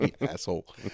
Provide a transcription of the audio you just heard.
asshole